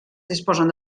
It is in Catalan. disposen